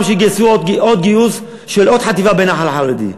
שיגייסו עוד גיוס של עוד חטיבה בנח"ל החרדי,